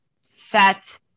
set